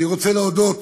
אני רוצה להודות